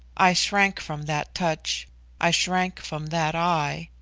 i shrank from that touch i shrank from that eye.